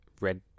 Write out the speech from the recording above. red